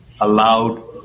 allowed